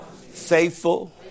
faithful